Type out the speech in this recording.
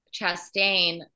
chastain